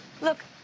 Look